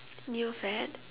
new fad